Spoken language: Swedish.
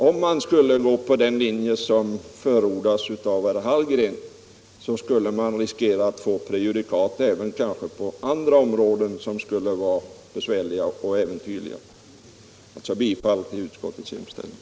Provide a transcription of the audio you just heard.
Om man valde den linje som herr Hallgren förordar, tror jag man skulle riskera att få prejudikat kanske även på andra områden, som kunde bli besvärliga och äventyrliga. Herr talman! Jag yrkar alltså bifall till utskottets hemställan.